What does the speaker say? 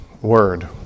word